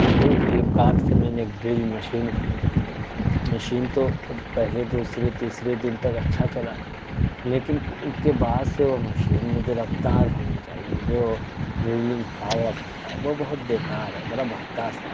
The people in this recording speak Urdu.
ابھی فلپ کارٹ سے میں نے ایک ڈرل مشین خریدا تھا مشین تو پہلی دوسری تیسری دن تک اچھا چلا لیکن اس کے بعد سے وہ مشین میں جو رفتار ہونی چاہیے جو ڈرلنگ پاور ہوتا ہے وہ بہت بے کار ہے بڑا بھدا سا ہے